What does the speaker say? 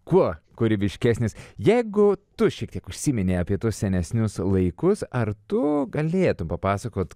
kuo kūrybiškesnis jeigu tu šiek tiek užsiminei apie tuos senesnius laikus ar tu galėtum papasakot